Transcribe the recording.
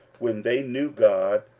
when they knew god,